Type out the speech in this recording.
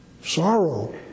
Sorrow